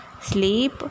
sleep